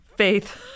Faith